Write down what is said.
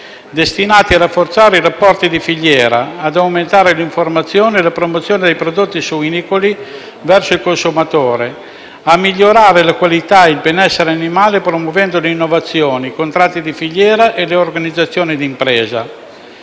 destinati a rafforzare i rapporti di filiera; ad aumentare l'informazione e la promozione dei prodotti suinicoli verso il consumatore; a migliorare la qualità e il benessere animale promuovendo le innovazioni, i contratti di filiera e le organizzazioni d'impresa.